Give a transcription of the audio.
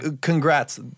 Congrats